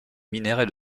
minerais